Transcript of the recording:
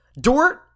Dort